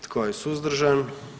Tko je suzdržan?